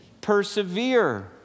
persevere